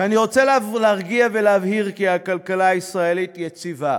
ואני רוצה להרגיע ולהבהיר כי הכלכלה הישראלית יציבה.